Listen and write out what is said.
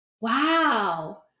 wow